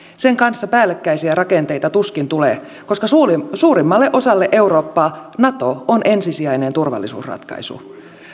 sen kanssa päällekkäisiä rakenteita tuskin tulee koska suurimmalle suurimmalle osalle eurooppaa nato on ensisijainen turvallisuusratkaisu